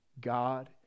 God